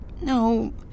No